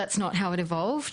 לא כך הדברים מתפתחים,